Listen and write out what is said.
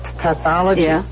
Pathology